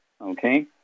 Okay